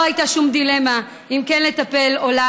לא הייתה שום דילמה אם כן לטפל אם לאו.